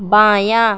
بایاں